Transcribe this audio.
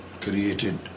created